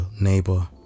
neighbor